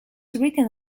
written